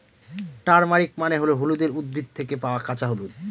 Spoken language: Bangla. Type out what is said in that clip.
টারমারিক মানে হল হলুদের উদ্ভিদ থেকে পাওয়া কাঁচা হলুদ